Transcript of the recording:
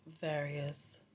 various